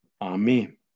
Amen